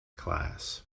class